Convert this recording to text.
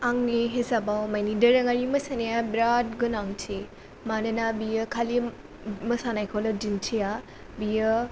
आंनि हिसाबाव माने दोरोङारि मोसानाया बिराद गोनांथि मानोना बियो खालि मोसानायखौल' दिन्थिया बियो